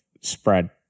spread